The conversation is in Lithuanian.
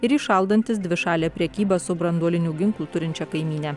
ir įšaldantis dvišalę prekybą su branduolinių ginklų turinčia kaimyne